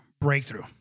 breakthrough